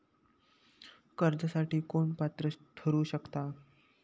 कर्जासाठी कोण पात्र ठरु शकता?